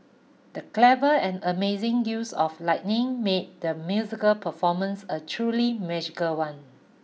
the clever and amazing use of lightning made the musical performance a truly magical one